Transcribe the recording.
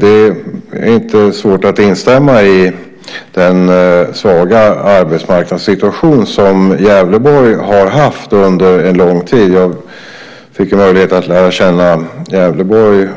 Det är inte svårt att instämma i den svaga arbetsmarknadssituation som Gävleborg har haft under en lång tid. Jag fick möjlighet att lära känna Gävleborg